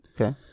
Okay